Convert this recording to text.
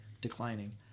declining